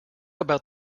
about